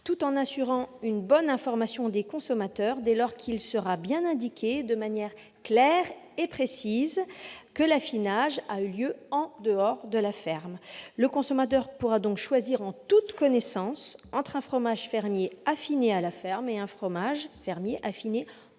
tout en assurant une bonne information des consommateurs, dès lors qu'il sera indiqué de manière claire et précise que l'affinage a eu lieu en dehors de la ferme. Le consommateur pourra donc choisir en toute connaissance entre un fromage fermier affiné à la ferme et un fromage fermier affiné en